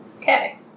Okay